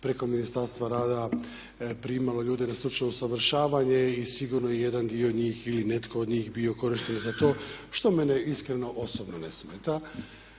preko Ministarstva rada primalo ljude na stručno usavršavanje i sigurno je jedan dio njih ili netko od njih bio korišten za to što mene iskreno, osobno ne smeta.